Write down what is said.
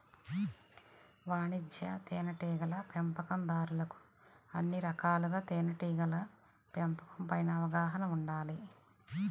వాణిజ్య తేనెటీగల పెంపకందారులకు అన్ని రకాలుగా తేనెటీగల పెంపకం పైన అవగాహన ఉండాలి